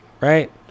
right